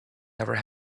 never